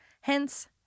Hence